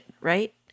right